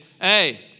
hey